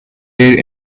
did